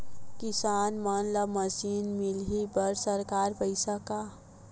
किसान मन ला मशीन मिलही बर सरकार पईसा का?